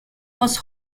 was